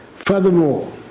Furthermore